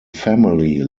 family